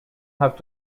have